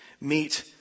meet